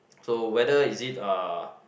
so whether is it uh